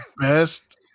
best